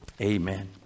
amen